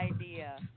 idea